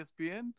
ESPN